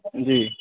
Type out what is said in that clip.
جی